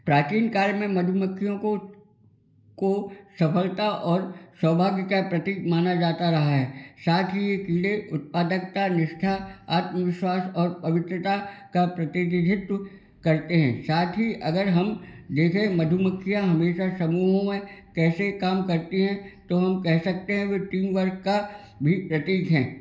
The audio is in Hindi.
प्राचीन काल में मधुमक्खियों को को सफलता और सौभाग्य का प्रतीक माना जाता रहा है साथ ही एक नेक उत्पादकता निष्ठा आत्म विश्वास और पवित्रता का प्रतिनिधित्व करते हैं साथ ही अगर हम जैसे मधुमक्खियाँ हमेशा समूहों में कैसे काम करती हैं तो हम कह सकते है वे टीम वर्क का भी प्रतीक है